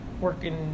working